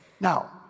Now